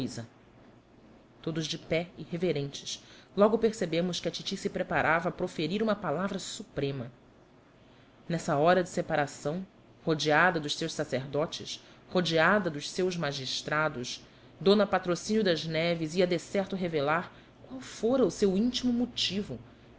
cousa todos de pé e reverentes logo percebemos que a titi se preparava a proferir uma palavra suprema nessa hora de separação rodeada dos seus sacerdotes rodeada dos seus magistrados d patrocínio das neves ia decerto revelar qual fora o seu íntimo motivo